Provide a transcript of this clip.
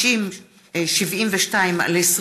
פ/5072/20